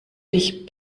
dich